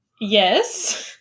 Yes